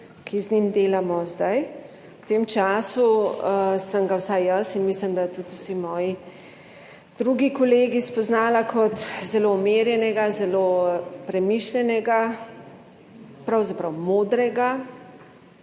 ki z njim delamo. Zdaj v tem času sem ga, vsaj jaz in mislim, da tudi vsi moji drugi kolegi, spoznala kot zelo umirjenega, zelo premišljenega, pravzaprav modrega,